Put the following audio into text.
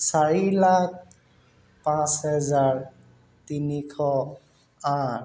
চাৰি লাখ পাঁচ হেজাৰ তিনিশ আঠ